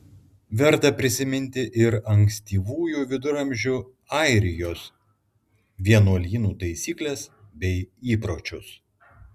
verta prisiminti ir ankstyvųjų viduramžių airijos vienuolynų taisykles bei įpročius